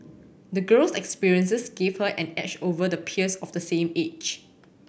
the girl's experiences gave her an edge over the peers of the same age